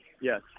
yes